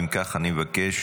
אם כך, אני מבקש